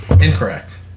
Incorrect